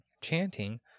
Chanting